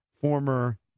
former